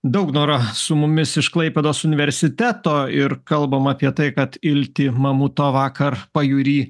daugnora su mumis iš klaipėdos universiteto ir kalbam apie tai kad iltį mamuto vakar pajūry